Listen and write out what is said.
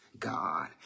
God